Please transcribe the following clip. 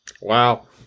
Wow